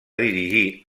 dirigir